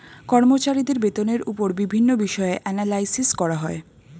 কর্মচারীদের বেতনের উপর বিভিন্ন বিষয়ে অ্যানালাইসিস করা হয়